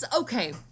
okay